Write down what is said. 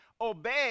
obey